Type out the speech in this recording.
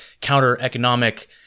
counter-economic